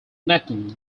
netting